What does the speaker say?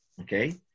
okay